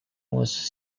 was